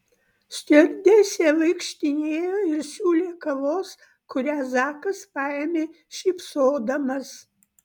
stiuardesė vaikštinėjo ir siūlė kavos kurią zakas paėmė šypsodamas